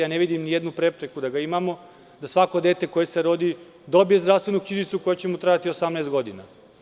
Ne vidim ni jednu prepreku da ga imamo, da svako dete koje se rodi dobije zdravstvenu knjižicu koja će mu trajati 18 godina.